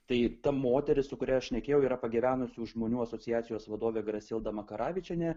tai ta moteris su kuria aš šnekėjau yra pagyvenusių žmonių asociacijos vadovė grasilda makaravičienė